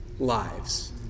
Lives